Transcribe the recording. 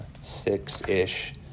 Six-ish